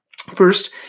First